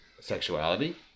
sexuality